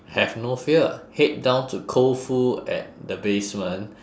have no fear head down to koufu at the basement